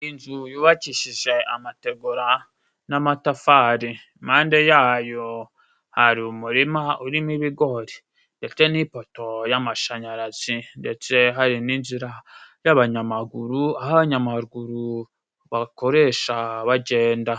Inzu yubakishije amategura n'amatafari, impande yayo hari umurima urimo ibigori ndetse n'ipoto y'amashanyarazi, ndetse hari n'inzira y'abanyamaguru aho abanyamaguru bakoresha bagenda.